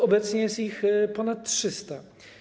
Obecnie jest ich ponad 300.